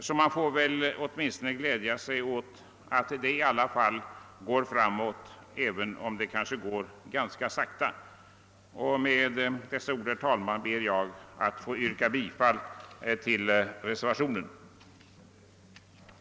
Vi får alltså glädja oss åt att det i alla fall går framåt, även om det kanske går ganska sakta. Med dessa ord, herr talman, ber jag att få vrka bifall till reservationen 1.